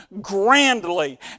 grandly